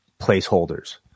placeholders